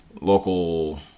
local